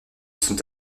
sont